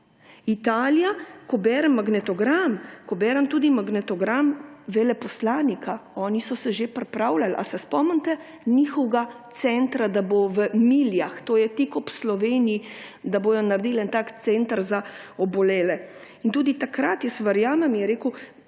Italija, ko berem magnetogram, ko berem tudi magnetogram veleposlanika, oni so se že pripravljali. Ali se spomnite njihovega centra, da bo v Miljah, to je tik ob Sloveniji, da bodo naredili eden tak center za obolele? Tudi takrat, jaz verjamem, je rekel